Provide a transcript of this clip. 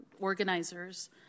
organizers